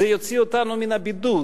זה יוציא אותנו מן הבידוד,